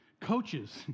Coaches